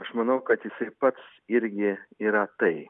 aš manau kad jisai pats irgi yra tai